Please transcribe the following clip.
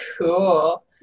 Cool